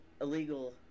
illegal